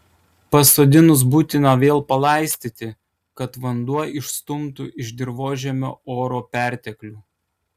pasodinus būtina vėl palaistyti kad vanduo išstumtų ir dirvožemio oro perteklių